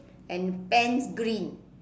and pants green